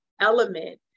element